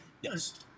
Yes